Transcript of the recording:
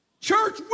Church